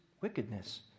wickedness